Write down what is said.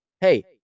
Hey